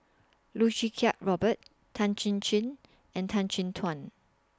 Loh Choo Kiat Robert Tan Chin Chin and Tan Chin Tuan